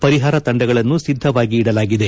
ಪರಿಹಾರ ತಂಡಗಳನ್ನು ಸಿದ್ಧವಾಗಿ ಇಡಲಾಗಿದೆ